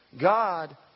God